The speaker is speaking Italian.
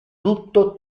tutto